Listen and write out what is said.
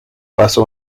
paso